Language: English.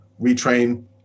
retrain